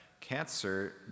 cancer